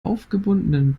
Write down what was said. aufgebundenen